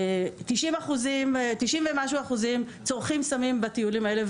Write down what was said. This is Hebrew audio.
תשעים ומשהו אחוזים צורכים סמים בטיולים האלה,